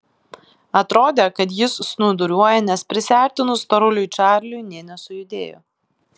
atrodė kad jis snūduriuoja nes prisiartinus storuliui čarliui nė nesujudėjo